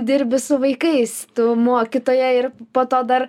dirbi su vaikais tu mokytoja ir po to dar